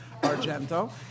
Argento